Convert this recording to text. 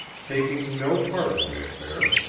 taking no part in the affair.